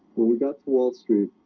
we got the wall street,